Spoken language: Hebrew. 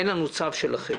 אין לנו צו שלכם